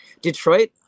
detroit